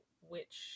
which-